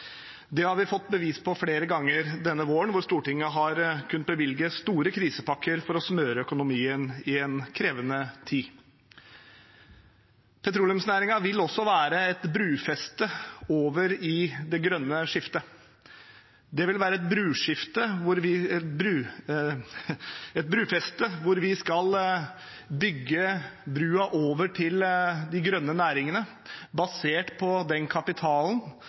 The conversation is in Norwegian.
Det har vi fått bevis på flere ganger denne våren når Stortinget har kunnet bevilge store krisepakker for å smøre økonomien i en krevende tid. Petroleumsnæringen vil også være et brofeste over i det grønne skiftet. Det vil være et brofeste hvor vi skal bygge broen over til de grønne næringene, basert på den kapitalen,